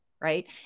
right